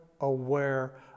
aware